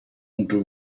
moeten